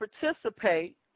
participate